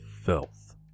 filth